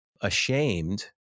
ashamed